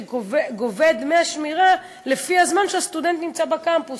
שגובה את דמי השמירה לפי הזמן שהסטודנט נמצא בקמפוס,